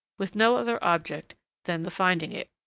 with no other object than the finding it.